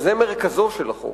וזה מרכזו של החוק,